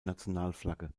nationalflagge